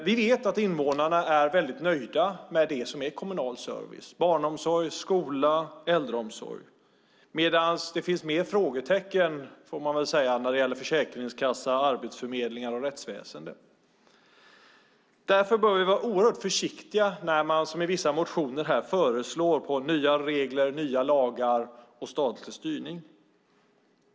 Vi vet att invånarna är väldigt nöjda med det som är kommunal service - barnomsorg, skola och äldreomsorg - medan det finns mer frågetecken när det gäller försäkringskassa, arbetsförmedlingar och rättsväsen. Därför bör vi vara oerhört försiktiga när man, som i vissa motioner, föreslår nya regler, nya lagar och statlig styrning.